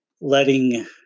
letting